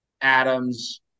Adams